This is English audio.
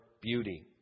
beauty